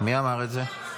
מי אמר את זה?